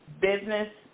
business